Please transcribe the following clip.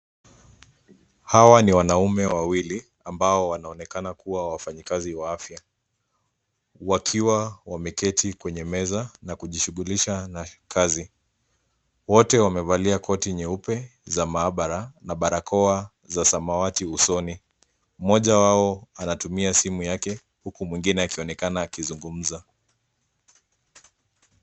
Hawa ni wanaume wawili, ambao wanaonekana kuwa wafanyikazi wa afya, wakiwa wameketi kwenye meza, na kujishughulisha nakazi. Wote wamevalia koti nyeupe za maabara, na barakoa za samawati usoni. Mmoja wao anatumia simu yake, huku mwingine akionekana akizungumza.